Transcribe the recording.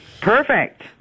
Perfect